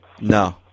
No